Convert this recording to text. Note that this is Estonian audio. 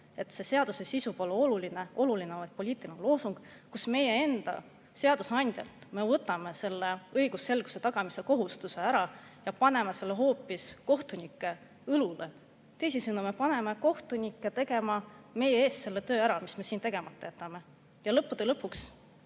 et seaduse sisu pole oluline, oluline on vaid poliitiline loosung, kus meie enda seadusandjalt me võtame selle õigusselguse tagamise kohustuse ära ja paneme selle hoopis kohtunike õlule. Teisisõnu, me paneme kohtunikke tegema meie eest seda tööd, mis me siin tegemata jätame. Ja lõppude lõpuks,